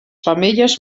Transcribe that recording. femelles